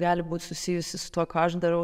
gali būt susijusi su tuo ką aš darau